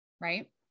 right